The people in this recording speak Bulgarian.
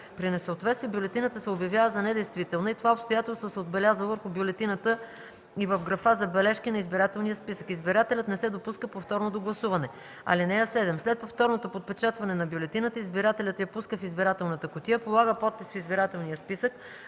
При несъответствие бюлетината се обявява за недействителна и това обстоятелство се отбелязва върху бюлетината и в графа „Забележки” на избирателния списък. Избирателят не се допуска повторно до гласуване. (7) След повторното подпечатване на бюлетината избирателят я пуска в избирателната кутия, полага подпис в избирателния списък,